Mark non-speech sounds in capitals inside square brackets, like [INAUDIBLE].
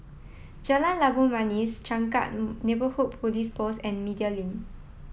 Jalan Labu Manis Changkat [HESITATION] Neighbourhood Police Post and Media Link